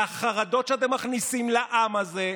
מהחרדות שאתם מכניסים לעם הזה.